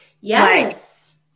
Yes